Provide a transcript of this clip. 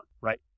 right